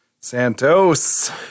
Santos